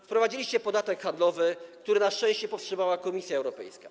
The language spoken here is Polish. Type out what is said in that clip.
Wprowadziliście podatek handlowy, na szczęście powstrzymała to Komisja Europejska.